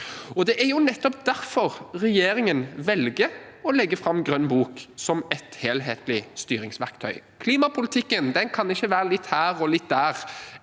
Det er nettopp derfor regjeringen velger å legge fram Grønn bok som et helhetlig styringsverktøy. Klimapolitikken kan ikke være litt her og litt der,